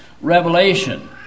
revelation